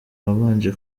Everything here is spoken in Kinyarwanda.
wabanje